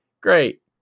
Great